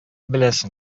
беләсем